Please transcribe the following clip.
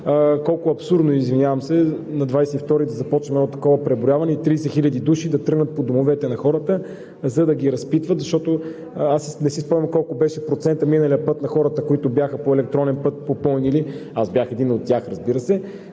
колко е абсурдно, извинявам се, на 22-ри да започнем едно такова преброяване и 30 хиляди души да тръгнат по домовете на хората, за да ги разпитват. Защото аз не си спомням колко беше процентът миналия път на хората, които бяха попълнили по електронен път – аз бях един от тях, разбира се,